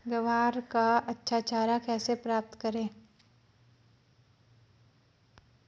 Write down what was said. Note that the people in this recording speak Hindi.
ग्वार का अच्छा चारा कैसे प्राप्त करें?